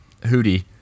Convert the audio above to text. hootie